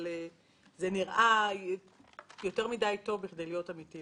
אבל זה נראה לי יותר מידי טוב בכדי להיות אמיתי.